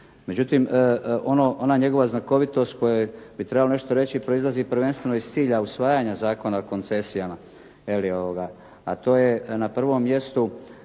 Međutim, ona njegova znakovitost koji bi trebao nešto reći proizlazi prvenstveno iz cilja usvajanja Zakona o koncesijama je li, a to je na prvom mjestu